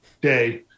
day